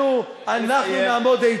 חמישה אנשים, ציון.